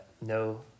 no